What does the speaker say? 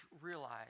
realize